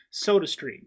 SodaStream